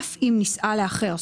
אף אם נישאה לאחר.